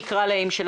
נקרא להן כך,